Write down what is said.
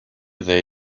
they